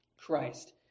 Christ